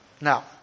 Now